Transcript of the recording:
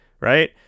right